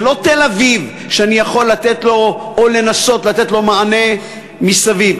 זה לא תל-אביב שאני יכול לנסות לתת מענה מסביב.